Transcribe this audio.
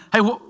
hey